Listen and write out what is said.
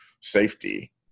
safety